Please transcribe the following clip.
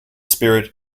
spirit